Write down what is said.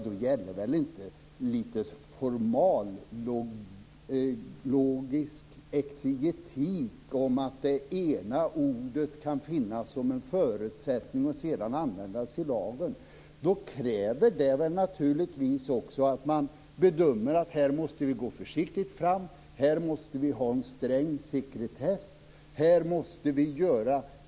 Då gäller väl inte formallogisk exegetik om att det ena ordet kan finnas som en förutsättning och sedan användas i lagen. Då kräver det naturligtvis att man bedömer om man måste gå försiktigt fram och ha sträng sekretess.